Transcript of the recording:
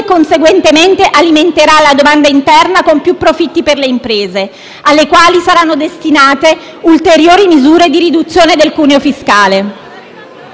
conseguentemente alimenterà la domanda interna, con più profitti per le imprese, alle quali saranno destinate ulteriori misure di riduzione del cuneo fiscale.